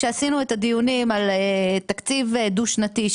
כשעשינו את הדיונים על תקציב דו שנתי,